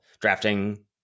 drafting